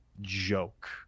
joke